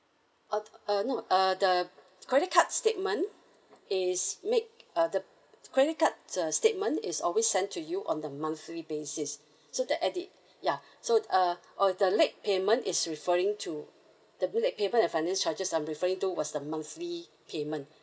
uh uh no uh the credit card statement is made uh the credit card uh statement is always sent to you on a monthly basis so that at the ya so uh or the late payment is referring to W the payment and finance charges I'm referring to was the monthly payment